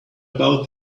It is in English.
about